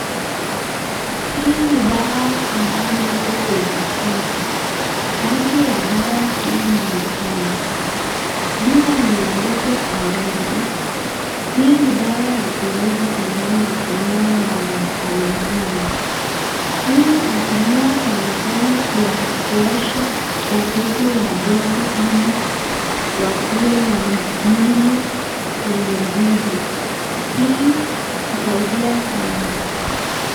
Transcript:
Hii ni dawa ambayo iko kwenye chupa. Rangi ya dawa hii ni nyekundu. Jina imeandikwa ararue. Hii ni dawa ya kienyeji ambayo hutumiwa na wana kalenjin. Hii hutumiwa sana sana kuosha watoto wadogo ili wakuwe na mwili yenye nguvu. Hii husaidia sana.